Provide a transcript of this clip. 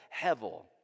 Hevel